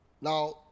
Now